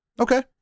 Okay